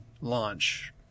launch